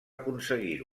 aconseguir